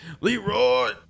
Leroy